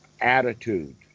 attitude